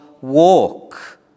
walk